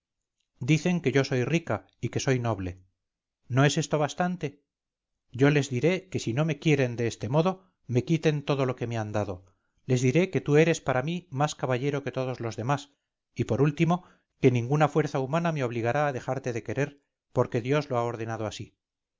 dicen que yo soy rica y que soynoble no es esto bastante yo les diré que si no me quieren de este modo me quiten todo lo que me han dado les diré que tú eres para mí más caballero que todos los demás y por último que ninguna fuerza humana me obligará a dejarte de querer porque dios lo ha ordenado así